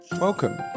Welcome